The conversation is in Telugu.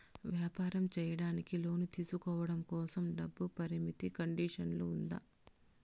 వ్యాపారం సేయడానికి లోను తీసుకోవడం కోసం, డబ్బు పరిమితి కండిషన్లు ఉందా?